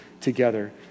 together